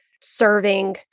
serving